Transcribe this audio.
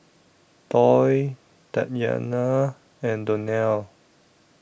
Toy Tatyanna and Donnell